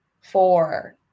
Four